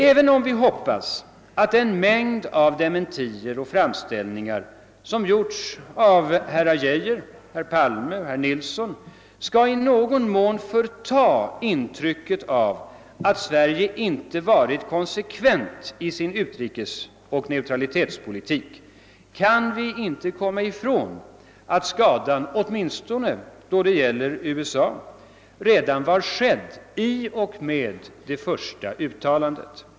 Även om vi hoppas att den mängd av dementier och framställningar som gjorts av herrar Geijer, Palme och Nilsson i någon mån skall förta intrycket av att Sverige inte varit konsekvent i sin utrikesoch neutralitetspolitik, kan vi inte komma ifrån att skadan åtminstone då det gäller USA var skedd redan i och med det första uttalandet.